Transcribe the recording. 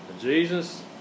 Jesus